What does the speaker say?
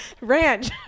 ranch